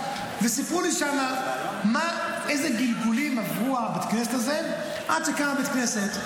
סיפרו לי שם איזה גלגולים עברו על בית הכנסת הזה עד שקם בית הכנסת.